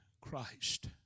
Christ